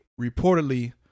reportedly